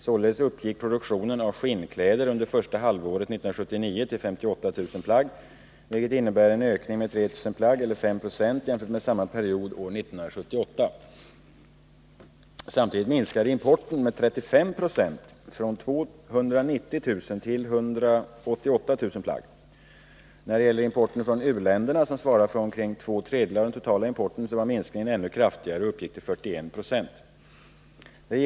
Således uppgick produktionen av skinnkläder under första halvåret 1979 till 58 000 plagg, vilket innebär en ökning med 3 000 plagg eller 5 90 jämfört med samma period år 1978. Samtidigt minskade importen med 35 96 från 290 000 till 188 000 plagg. När det gäller importen från u-länderna, som svarar för omkring två tredjedelar av den totala importen, var minskningen ännu kraftigare och uppgick till 41 96.